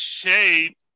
shape